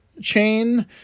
chain